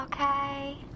Okay